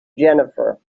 jennifer